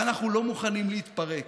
ואנחנו לא מוכנים להתפרק.